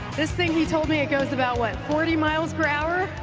this thing he told me it goes about what forty miles per hour?